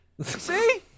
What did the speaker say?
see